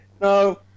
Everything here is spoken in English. no